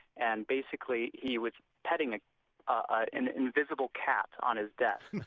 and basically, he was petting ah an invisible cat on his desk.